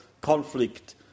conflict